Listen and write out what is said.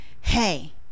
Hey